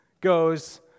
goes